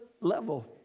level